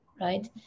right